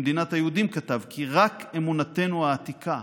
במדינת היהודים כתב כי רק אמונתנו העתיקה